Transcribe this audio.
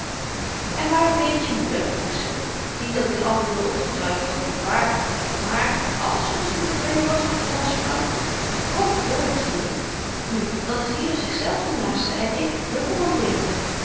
en waar bleekt je moeder vroeg ze niet dat ik n ander wil onderkruipen godbewaarme maar àls ze soms niet tevreden was met r waschvrouw t kon gebeuren zie je nu dan is ieder zichzelf de naaste en ik rekommandeer me